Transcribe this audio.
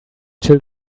till